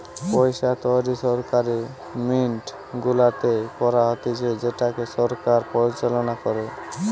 পইসা তৈরী সরকারি মিন্ট গুলাতে করা হতিছে যেটাকে সরকার পরিচালনা করে